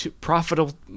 profitable